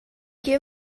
que